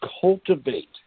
cultivate